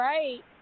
Right